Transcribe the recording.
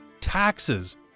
taxes